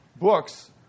books